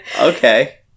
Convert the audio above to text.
okay